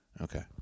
Okay